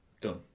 done